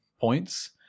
points